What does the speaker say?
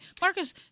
Marcus